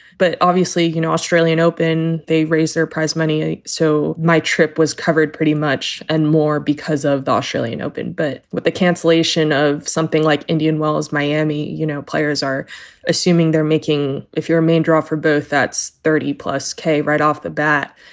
but obviously, you know, australian open, they raise their prize money. so my trip was covered pretty much. and more because of the australian open. but with the cancellation of something like indian wells, miami, you know, players are assuming they're making if you're a main draw for both, that's thirty plus k right off the bat.